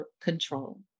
control